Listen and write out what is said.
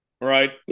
right